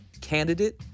candidate